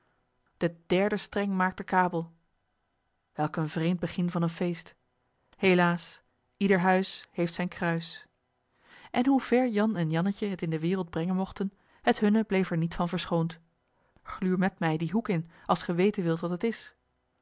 de derde streng maakt den kabel welk een vreemd begin van een feest helaas ieder huis heeft zijn kruis en hoe ver jan en jannetje het in de wereld brengen mogten het hunne bleef er niet van verschoond gluur met mij dien hoek in als ge weten wilt wat het is